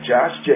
Josh